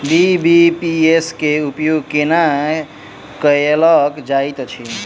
BBPS केँ उपयोग केना कएल जाइत अछि?